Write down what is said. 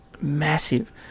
Massive